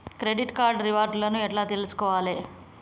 Credit card reward లను ఎట్ల తెలుసుకోవాలే?